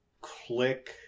click